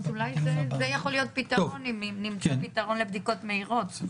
אז אולי זה יכול להיות פתרון אם נמצא פתרון לבדיקות מהירות.